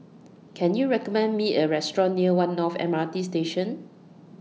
Can YOU recommend Me A Restaurant near one North M R T Station